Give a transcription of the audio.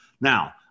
Now